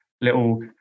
little